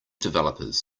developers